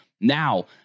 Now